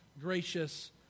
gracious